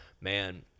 man –